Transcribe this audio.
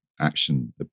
action